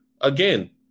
again